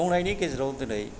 दंनायनि गेजेराव दिनै